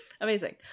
amazing